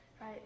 Right